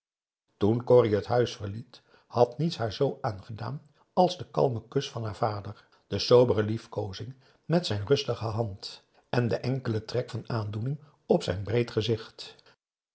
corrie het huis verliet had niets haar zoo aangedaan als de kalme kus van haar vader de sobere liefkoozing met zijn rustige hand en de enkele p a daum hoe hij raad van indië werd onder ps maurits trek van aandoening op zijn breed gezicht